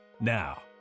now